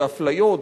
ואפליות,